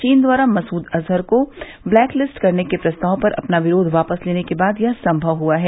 चीन द्वारा मसूद अजहर को ब्लैक लिस्ट करने के प्रस्ताव पर अपना विरोध वापस लेने के बाद यह संभव हुआ है